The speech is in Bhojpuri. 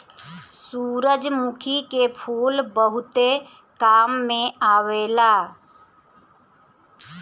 सूरजमुखी के फूल बहुते काम में आवेला